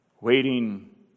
waiting